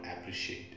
appreciate